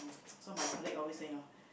so my colleague always say hor